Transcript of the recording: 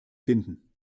finden